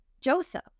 Joseph